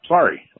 Sorry